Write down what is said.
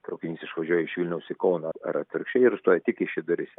traukinys išvažiuoja iš vilniaus į kauną ar atvirkščiai ir stoja tik kaišedoryse